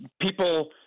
people